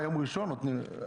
מה, יום ראשון נותנים?